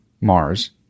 Mars